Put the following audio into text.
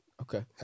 Okay